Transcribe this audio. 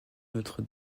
notre